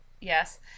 yes